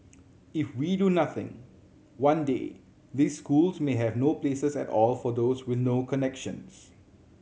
if we do nothing one day these schools may have no places at all for those with no connections